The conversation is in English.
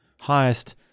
Highest